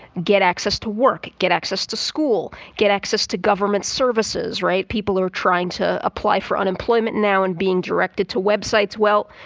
get access to work, get access to school, get access to government services, right? people are trying to apply for unemployment now and being directed to websites. well,